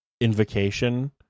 invocation